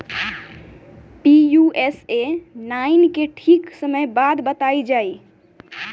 Pusa nine के ठीक समय बताई जाई?